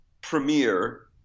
premiere